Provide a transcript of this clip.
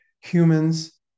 humans